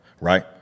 Right